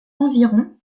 environ